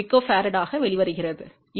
2 pF ஆக வெளிவருகிறது